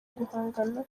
guhangana